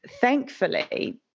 thankfully